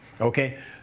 Okay